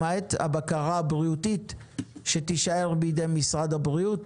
למעט הבקרה הבריאותית שתישאר בידי משרד הבריאות.